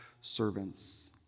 servants